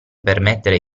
permettere